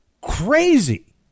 Crazy